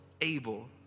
able